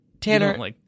Tanner-